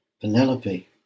Penelope